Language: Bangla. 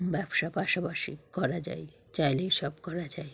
ব্যবসা পাশাপাশি করা যায় চাইলেই সব করা যায়